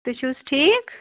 تُہۍ چھِو حظ ٹھیٖک